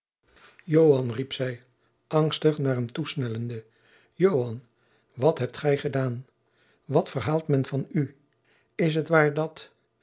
riep zij angstig naar hem toesnellende joan wat hebt gij gedaan wat verhaalt men van u is het waar dat